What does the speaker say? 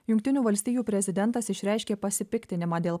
jungtinių valstijų prezidentas išreiškė pasipiktinimą dėl